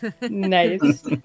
nice